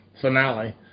finale